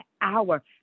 hour